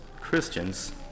Christians